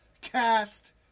cast